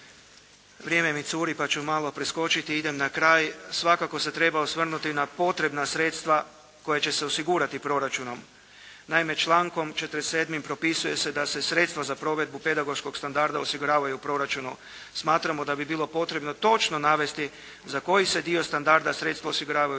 Vrijeme mi curi, pa ću malo preskočiti. Idem na kraj. Svakako se treba osvrnuti na potrebna sredstva koja će se osigurati proračunom. Naime, člankom 47. propisuje se da se sredstva za provedbu pedagoškog standarda osiguravaju u proračunu. Smatramo da bi bilo potrebno bilo točno navesti za koji se dio standarda sredstva osiguravaju